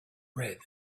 red